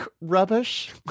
rubbish